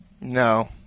No